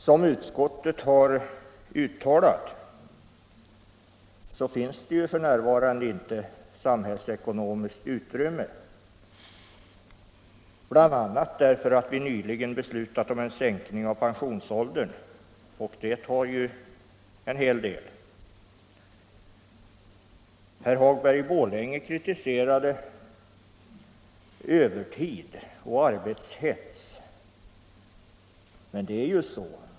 Som utskottet har uttalat finns det f.n. inte samhällsekonomiskt utrymme för någon arbetstidsförkortning bl.a. därför att riksdagen nyligen beslutat om en sänkning av pensionsåldern, och det kostar en hel del.